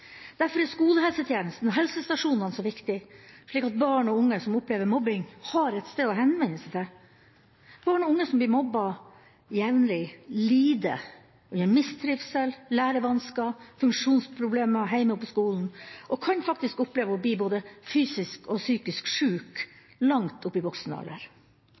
Derfor er skolehelsetjenesten og helsestasjonene så viktige, slik at barn og unge som opplever mobbing, har et sted å henvende seg. Barn og unge som blir mobbet jevnlig, lider under mistrivsel, lærevansker, funksjonsproblemer, både heime og på skolen, og kan faktisk oppleve å bli både fysisk og psykisk sjuke langt opp i